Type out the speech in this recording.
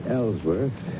Ellsworth